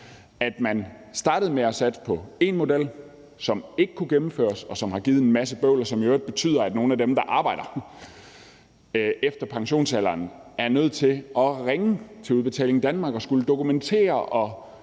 at man startede med at satse på én model, som ikke kunne gennemføres, som har givet en masse bøvl, og som i øvrigt betyder, at nogle af dem, der arbejder efter pensionsalderen, er nødt til at ringe til Udbetaling Danmark og skulle dokumentere